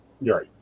Right